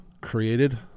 created